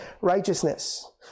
righteousness